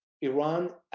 Iran